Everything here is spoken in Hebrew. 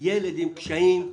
ילד עם קשיים,